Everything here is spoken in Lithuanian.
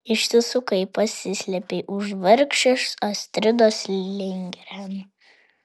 išsisukai pasislėpei už vargšės astridos lindgren